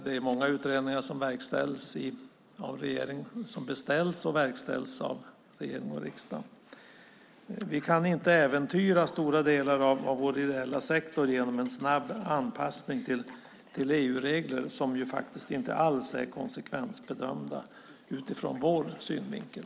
Det är många utredningar som beställs och verkställs av regering och riksdag. Vi kan inte äventyra stora delar av vår ideella sektor genom en snabb anpassning till EU-regler som faktiskt inte alls är konsekvensbedömda utifrån vår synvinkel.